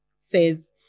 says